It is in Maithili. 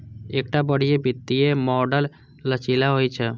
एकटा बढ़िया वित्तीय मॉडल लचीला होइ छै